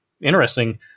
interesting